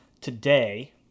today